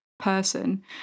person